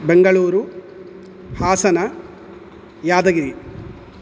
Bengaluru Hassan Yadgir